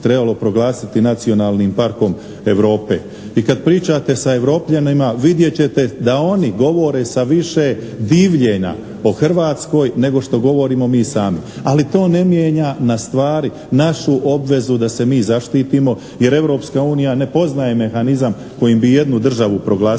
trebalo proglasiti nacionalnim parkom Europe. I kad pričate sa Europljanima vidjet ćete da oni govore sa više divljenja o Hrvatskoj nego što govorimo mi sami. Ali to ne mijenja na stvari, našu obvezu da se mi zaštitimo jer Europska unija ne poznaje mehanizam kojim bi jednu državu proglasila